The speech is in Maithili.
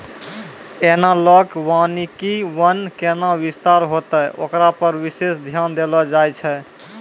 एनालाँक वानिकी वन कैना विस्तार होतै होकरा पर विशेष ध्यान देलो जाय छै